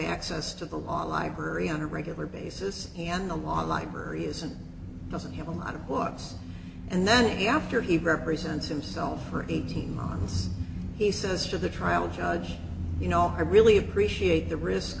access to the law library on a regular basis and the law library is and doesn't have a lot of books and then he after he represents himself for eighteen months he says to the trial judge you know i really appreciate the risk